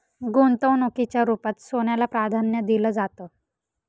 गुंतवणुकीच्या रुपात सोन्याला प्राधान्य दिलं जातं